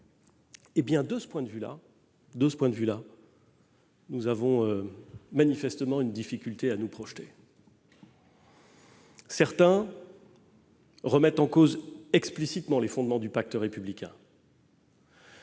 Or, de ce point de vue, nous avons manifestement une difficulté à nous projeter. Certains remettent explicitement en cause les fondements du pacte républicain.